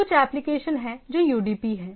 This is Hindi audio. कुछ एप्लीकेशन हैं जो यूडीपी हैं